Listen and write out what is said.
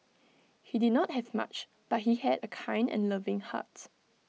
he did not have much but he had A kind and loving heart